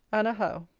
anna howe.